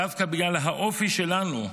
דווקא בגלל האופי שלנו,